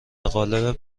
قالب